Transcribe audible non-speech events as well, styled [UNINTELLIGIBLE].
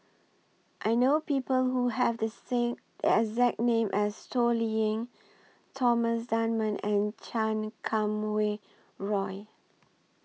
I know People Who Have The [UNINTELLIGIBLE] exact name as Toh Liying Thomas Dunman and Chan Kum Wah Roy